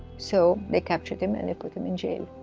so they captured him and they put him in jail.